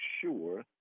sure